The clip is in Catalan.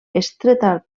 estretament